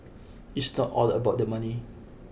it's not all about the money